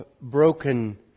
broken